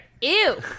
Ew